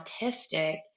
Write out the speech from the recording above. autistic